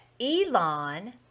Elon